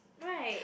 right